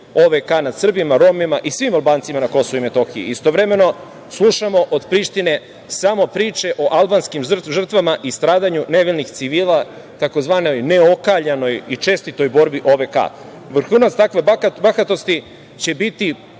OVK nad Srbima, Romima i svim Albancima na Kosovu i Metohiji. Istovremeno slušamo od Prištine samo priče o albanskim žrtvama i stradanju nevinih civila u tzv. neokaljanoj i čestitoj borbi OVK.Vrhunac takve bahatosti će biti